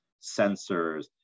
sensors